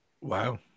Wow